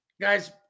Guys